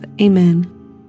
Amen